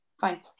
Fine